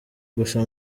gusa